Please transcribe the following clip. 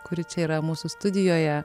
kuri čia yra mūsų studijoje